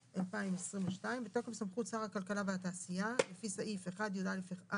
התשפ"ב-2022 בתוקף סמכות שר הכלכלה והתעשייה לפי סעיף 1יא(א)